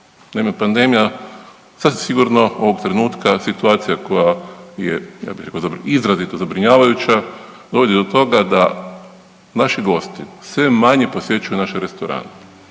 Naime, pandemija sasvim sigurno ovog trenutka situacija koja je ja bih rekao izrazito zabrinjavajuća dovodi do toga da naši gosti sve manje posjećuju naše restorane,